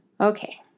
Okay